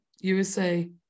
usa